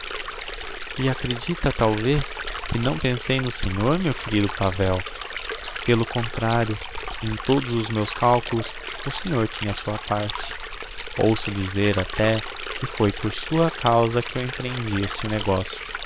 e acredita talvez que não pensei no senhor meu querido pavel pelo contrario em todos os meus calculos o senhor tinha a sua parte ouso dizer até que foi por sua causa que eu emprehendi este negocio